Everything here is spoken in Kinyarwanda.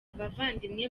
abavandimwe